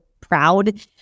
proud